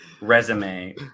resume